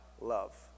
love